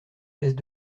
chaises